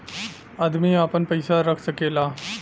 अदमी आपन पइसा रख सकेला